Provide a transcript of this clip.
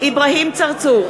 אברהים צרצור,